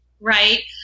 right